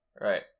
Right